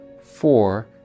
four